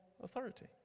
authority